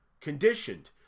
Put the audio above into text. Conditioned